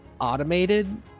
automated